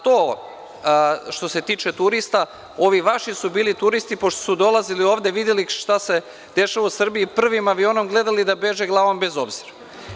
To što se tiče turista, ovi vaši su bili turisti pošto su dolazili ovde, videli šta se dešava u Srbiji i prvim avionom gledali da beže glavnom bez obzira.